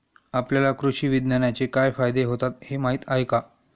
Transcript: आपल्याला कृषी विज्ञानाचे काय फायदे होतात हे माहीत आहे का?